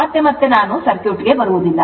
ಮತ್ತೆ ಮತ್ತೆ ನಾನು ಸರ್ಕ್ಯೂಟ್ಗೆ ಬರುವುದಿಲ್ಲ